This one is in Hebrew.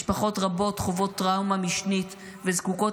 משפחות רבות חוות טראומה משנית וזקוקות